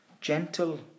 gentle